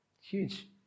Huge